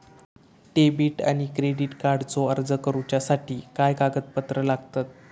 Debit आणि credit कार्डचो अर्ज करुच्यासाठी काय कागदपत्र लागतत?